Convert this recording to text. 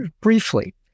briefly